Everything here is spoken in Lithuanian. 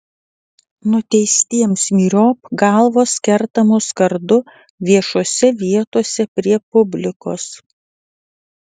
nuteistiems myriop galvos kertamos kardu viešose vietose prie publikos